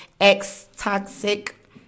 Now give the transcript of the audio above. ex-toxic